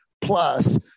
plus